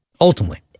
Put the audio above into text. ultimately